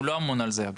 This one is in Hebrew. הוא לא אמון על זה.